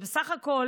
בסך הכול